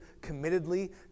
committedly